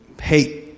hate